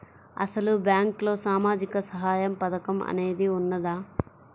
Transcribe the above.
అసలు బ్యాంక్లో సామాజిక సహాయం పథకం అనేది వున్నదా?